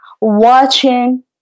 watching